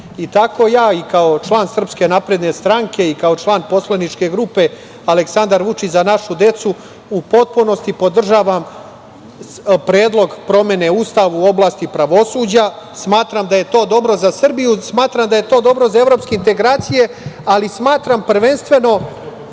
Tako ja i kao član SNS i kao član poslaničke grupe Aleksandar Vučić – Za našu decu u potpunosti podržavam Predlog promene Ustava u oblasti pravosuđa. Smatram da je to dobro za Srbiju. Smatram da je to dobro za evropske integracije, ali smatram prvenstveno